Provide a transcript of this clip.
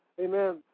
Amen